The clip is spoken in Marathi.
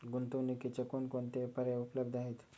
गुंतवणुकीचे कोणकोणते पर्याय उपलब्ध आहेत?